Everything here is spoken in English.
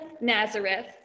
Nazareth